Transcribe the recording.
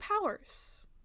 powers